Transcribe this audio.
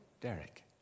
Derek